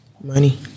Money